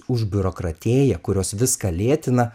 už biurokratėję kurios viską lėtina